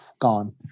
gone